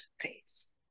please